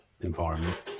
environment